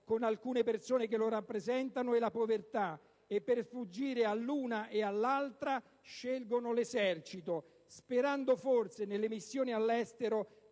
con alcune persone che lo rappresentano e la povertà. Per sfuggire all'una e all'altra scelgono l'Esercito, sperando forse di imparare nelle missioni all'estero